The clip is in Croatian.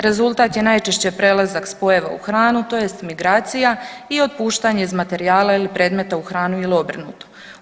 Rezultat je najčešće prelazak spojeva u hranu tj. migracija i otpuštanje iz materijala ili predmeta u hranu ili obrnuto.